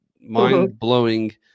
mind-blowing